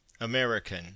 american